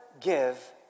give